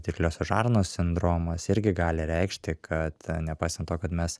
dirgliosios žarnos sindromas irgi gali reikšti kad nepaisant to kad mes